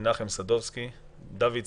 דוד סדובסקי,